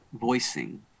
voicing